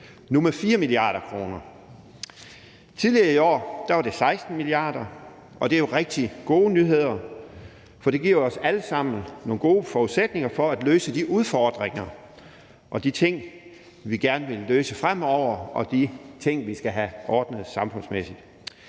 nu med 4 mia. kr. Tidligere i år var det 16 mia. kr., og det er jo rigtig gode nyheder, for det giver os alle sammen nogle gode forudsætninger for at løse de udfordringer og de ting, vi gerne vil løse fremover, og de ting, vi skal have ordnet samfundsmæssigt.